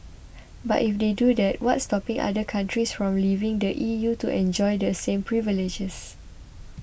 but if they do that what's stopping other countries from leaving the E U to enjoy the same privileges